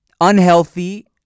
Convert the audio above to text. unhealthy